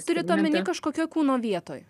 turit omeny kažkokioj kūno vietoj